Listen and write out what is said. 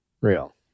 real